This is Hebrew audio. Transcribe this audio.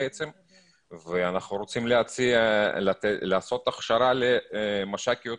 ואנחנו רוצים להציע לעשות הכשרה למש"קיות